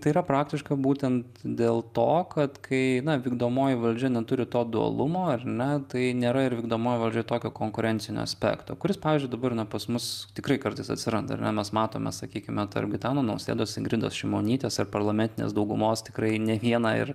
tai yra praktiška būtent dėl to kad kai vykdomoji valdžia neturi to dualumo ar ne tai nėra ir vykdomojoj valdžioj tokio konkurencinio aspekto kuris pavyzdžiui dabar na pas mus tikrai kartais atsiranda ar ne mes matome sakykime tarp gitano nausėdos ingridos šimonytės ar parlamentinės daugumos tikrai ne vieną ir